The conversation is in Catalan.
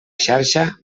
xarxa